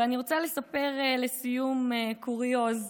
ואני רוצה לספר לסיום קוריוז: